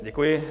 Děkuji.